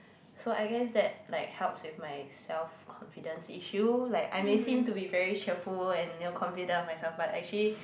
so I guess that like helps with my self confidence if you like I may seem to be very cheerful and your confident of myself but actually